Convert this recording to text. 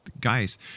guys